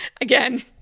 again